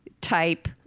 type